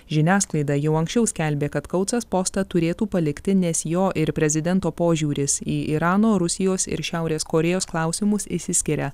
žiniasklaida jau anksčiau skelbė kad kautsas postą turėtų palikti nes jo ir prezidento požiūris į irano rusijos ir šiaurės korėjos klausimus išsiskiria